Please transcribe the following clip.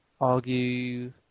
argue